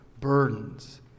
burdens